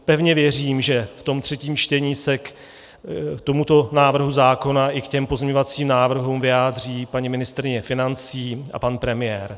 Pevně věřím, že ve třetím čtení se k tomuto návrhu zákona i k pozměňovacím návrhům vyjádří paní ministryně financí a pan premiér.